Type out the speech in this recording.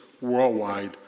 worldwide